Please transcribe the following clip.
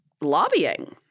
lobbying